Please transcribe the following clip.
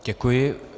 Děkuji.